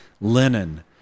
linen